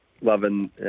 loving